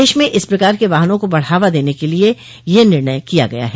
देश में इस प्रकार के वाहनों को बढ़ावा देने के लिए यह निर्णय किया गया है